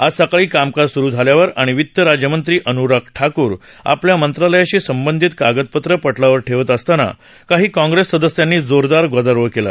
आज सकाळी कामकाज स्रु झाल्यावर आणि वित राज्यमंत्री अनुराग ठाकूर आपल्या मंत्रालयाशी संबंधित कागदपत्रं पटलावर ठेवत असताना काही काँग्रेस सदस्यांनी जोरदार गदारोळ केला